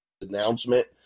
announcement